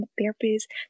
therapist